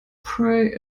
pray